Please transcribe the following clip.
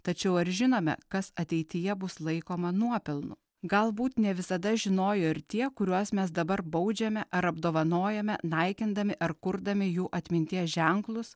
tačiau ar žinome kas ateityje bus laikoma nuopelnu galbūt ne visada žinojo ir tie kuriuos mes dabar baudžiame ar apdovanojame naikindami ar kurdami jų atminties ženklus